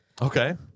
Okay